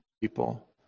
people